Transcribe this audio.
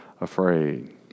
afraid